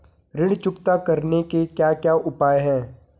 ऋण चुकता करने के क्या क्या उपाय हैं?